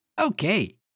Okay